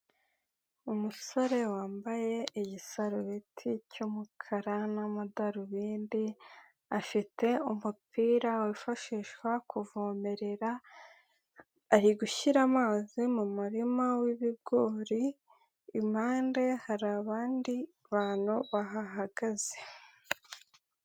Umusore wambaye igisarubeti cy'umukara n'amadarubindi, afite umupira wifashishwa kuvomerera ari gushyira amazi mu murima w'ibigori, impande hari abandi bantu bahahagaze.